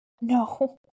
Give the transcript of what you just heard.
no